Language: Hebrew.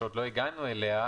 שעוד לא הגענו אליה,